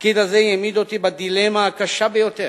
התפקיד הזה העמיד אותי בדילמה הקשה ביותר: